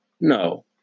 No